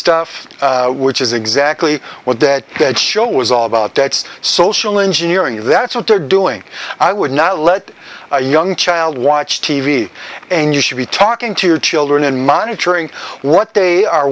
stuff which is exactly what that that show was all about that's social engineering that's what they're doing i would not let a young child watch t v and you should be talking to your children and monitoring what they are